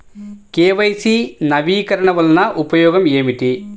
KYC నవీకరణ వలన ఉపయోగం ఏమిటీ?